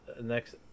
next